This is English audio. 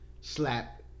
Slap